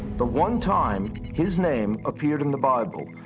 the one time his name appeared in the bible,